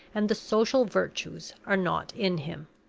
and the social virtues are not in him.